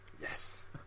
Yes